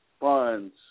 funds